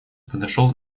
подошел